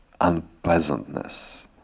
unpleasantness